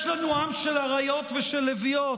יש לנו עם של אריות ושל לביאות,